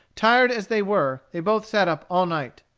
tired as they were, they both sat up all night.